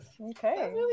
Okay